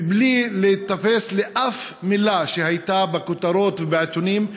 בלי להיתפס לאף מילה שהייתה בכותרות ובעיתונים,